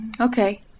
Okay